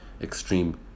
extreme